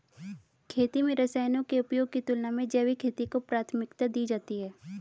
खेती में रसायनों के उपयोग की तुलना में जैविक खेती को प्राथमिकता दी जाती है